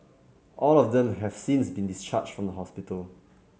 all of them have since been discharged from the hospital